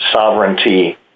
sovereignty